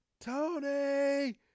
Tony